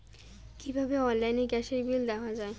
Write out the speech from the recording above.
কিভাবে অনলাইনে গ্যাসের বিল দেওয়া যায়?